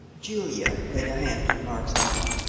julia laid a hand on mark's arm.